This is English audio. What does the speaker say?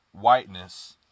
Whiteness